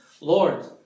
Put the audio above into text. Lord